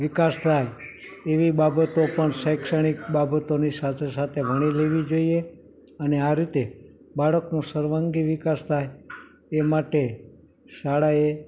વિકાસ થાય એવી બાબતો પણ શૈક્ષણિક બાબતોની સાથે સાથે વણી લેવી જોઇએ અને આ રીતે બાળકનો સર્વાંગી વિકાસ થાય એ માટે શાળાએ